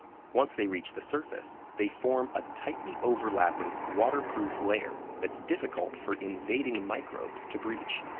once they reach the surface, they form a tightly-overlapping, waterproof layer that's difficult for invading microbes to breach.